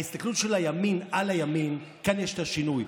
ההסתכלות של הימין על הימין, כאן יש את השינוי.